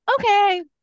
Okay